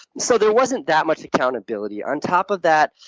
so there wasn't that much accountability. on top of that,